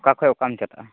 ᱚᱠᱟ ᱠᱷᱚᱱ ᱚᱠᱟᱢ ᱪᱟᱞᱟᱜᱼᱟ